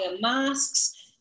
masks